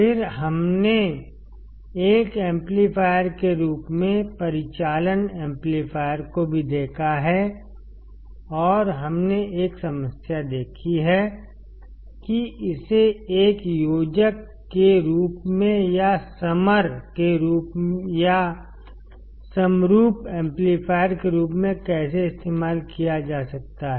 फिर हमने एक एम्पलीफायर के रूप में परिचालन एम्पलीफायर को भी देखा है और हमने एक समस्या देखी है कि इसे एक योजक के रूप में या समर में या समरूप एम्पलीफायर के रूप में कैसे इस्तेमाल किया जा सकता है